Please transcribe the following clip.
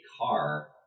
car